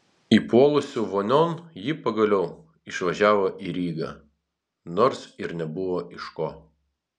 įpuolusi vonion ji pagaliau išvažiavo į rygą nors ir nebuvo iš ko